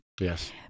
Yes